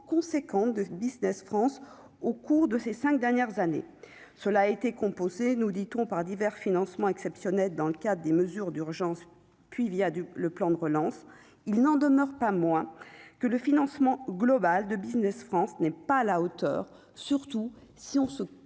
de Business France au cours de ces 5 dernières années, cela a été composée, nous dit-on, par divers financements exceptionnels dans le cadre des mesures d'urgence, puis via du le plan de relance, il n'en demeure pas moins que le financement global de Business France n'est pas à la hauteur, surtout si on se